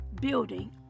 building